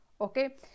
okay